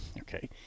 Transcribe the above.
Okay